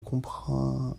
contraint